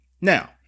Now